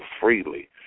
freely